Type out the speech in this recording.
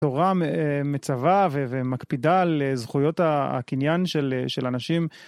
תורה מצווה ומקפידה על זכויות הקניין של אנשים.